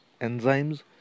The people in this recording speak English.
enzymes